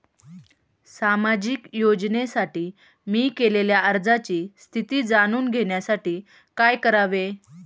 सामाजिक योजनेसाठी मी केलेल्या अर्जाची स्थिती जाणून घेण्यासाठी काय करावे?